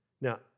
Now